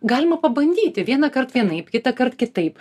galima pabandyti vienąkart vienaip kitąkart kitaip